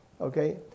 okay